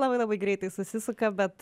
labai labai greitai susisuka bet